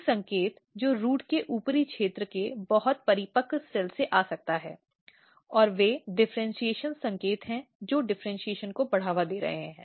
एक संकेत जो रूट के ऊपरी क्षेत्र के बहुत परिपक्व सेल्स से आ सकता है और वे डिफ़र्इन्शीएशन संकेत हैं जो डिफ़र्इन्शीएशन को बढ़ावा दे रहे हैं